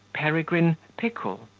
peregrine pickle.